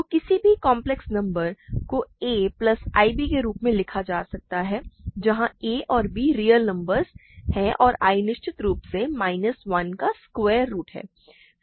तो किसी भी कॉम्प्लेक्स नंबर को a प्लस ib के रूप में लिखा जा सकता है जहाँ a और b रियल नंबर्स हैं और i निश्चित रूप से माइनस 1 का स्क्वायर रूट है